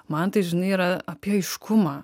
man tai žinai yra apie aiškumą